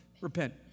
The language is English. repent